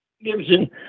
Gibson